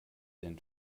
den